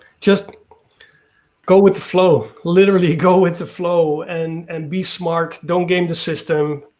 just go with the flow, literally go with the flow and and be smart, don't game the system,